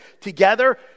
Together